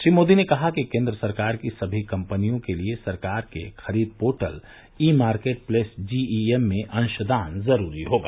श्री मोदी ने कहा कि केंद्र सरकार की सभी कंपनिर्या के लिए सरकार के खरीद portal e market place GEM में अंशदान जरूरी होगा